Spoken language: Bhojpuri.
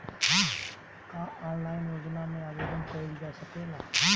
का ऑनलाइन योजना में आवेदन कईल जा सकेला?